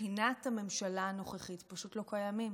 שמבחינת הממשלה הנוכחית פשוט לא קיימים.